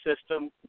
system